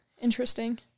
interesting